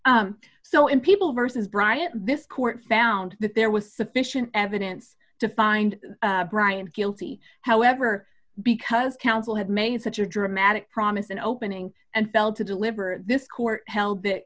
me so in people versus brian this court found that there was sufficient evidence to find bryant guilty however because counsel had made such a dramatic promise an opening and felt to deliver this court held